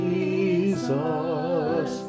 Jesus